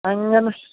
അങ്ങനെ